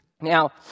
Now